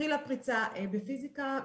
התחילה פריצה גם בפיזיקה,